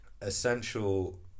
essential